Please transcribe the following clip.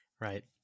Right